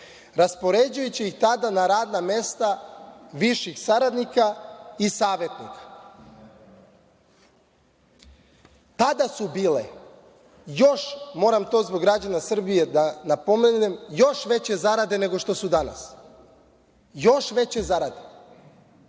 raspoređujući ih tada na radna mesta viših saradnika i savetnika. Tada su bile još, moram zbog građana da napomenem, veće zarade, nego što su danas, još veće zarade